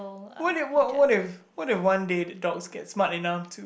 what if what what if what if one day the dogs get smart enough to